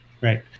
Right